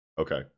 okay